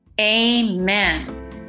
Amen